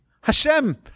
Hashem